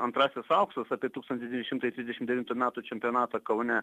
antrasis aukštas apie tūkstantis devyni šimtai trisdešimt devintų metų čempionatą kaune